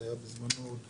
זה היה בזמנו עם